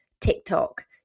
TikTok